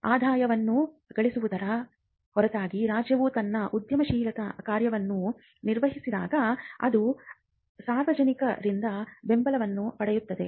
ಆದಾಯವನ್ನು ಗಳಿಸುವುದರ ಹೊರತಾಗಿ ರಾಜ್ಯವು ತನ್ನ ಉದ್ಯಮಶೀಲತಾ ಕಾರ್ಯವನ್ನು ನಿರ್ವಹಿಸಿದಾಗ ಅದು ಸಾರ್ವಜನಿಕರಿಂದ ಬೆಂಬಲವನ್ನು ಪಡೆಯುತ್ತದೆ